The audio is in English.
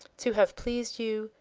to have pleased you,